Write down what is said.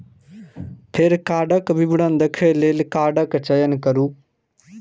फेर कार्डक विवरण देखै लेल कार्डक चयन करू